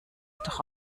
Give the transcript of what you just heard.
doch